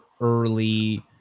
early